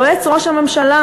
יועץ ראש הממשלה,